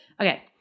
Okay